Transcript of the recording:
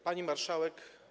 Pani Marszałek!